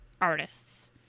artists